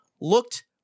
looked